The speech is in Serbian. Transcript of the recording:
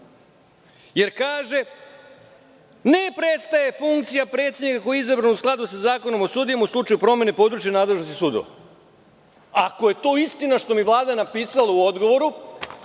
jer kaže – ne prestaje funkcija predsedniku izabranom u skladu sa Zakonom o sudijama u slučaju promene područja nadležnosti sudova. Ako je to istina što mi je Vlada napisala u odgovoru,